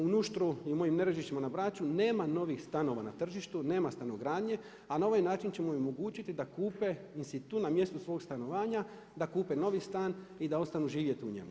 U Nuštru i mojim Nerežišća na Bračunema novih stanova na tržištu, nema stanogradnje a na ovaj način ćemo im omogućiti da kupe tu na mjestu svog stanovanja da kupe novi stan i da ostanu živjeti u njemu.